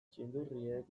txindurriek